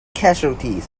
casualties